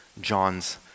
John's